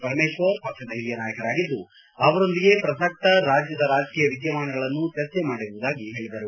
ಪರಮೇಶ್ವರ್ ಪಕ್ಷದ ಹಿರಿಯ ನಾಯಕರಾಗಿದ್ದು ಅವರೊಂದಿಗೆ ಪ್ರಸಕ್ತ ರಾಜ್ಯದ ರಾಜಕೀಯ ವಿದ್ಯಮಾನಗಳನ್ನು ಚರ್ಚೆ ಮಾಡಿರುವುದಾಗಿ ಹೇಳಿದರು